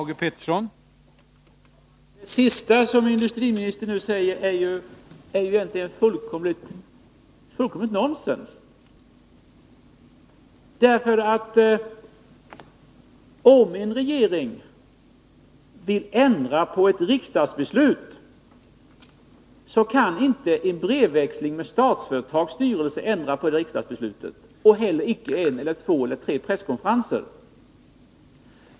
Herr talman! Det sista som industriministern sade är ju egentligen fullkomligt nonsens. Om en regering vill ändra på ett riksdagsbeslut, så kan ju detta inte ske genom en brevväxling med Statsföretags styrelse och icke heller genom en två eller tre presskonferenser.